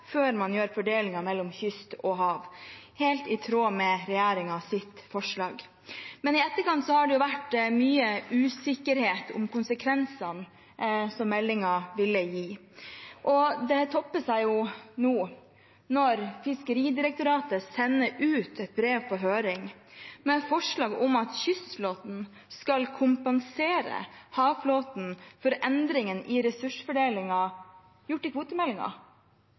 før man foretar fordelingen mellom kystflåten og havflåten – helt i tråd med regjeringens forslag. I etterkant har det vært mye usikkerhet om konsekvensene som meldingen ville gi, og det topper seg nå når Fiskeridirektoratet sender ut et brev på høring med forslag om at kystflåten skal kompensere havflåten for endringen i ressursfordelingen gjort i